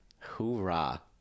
Hoorah